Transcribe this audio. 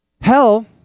Hell